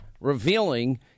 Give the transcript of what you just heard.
revealing